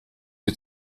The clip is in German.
sie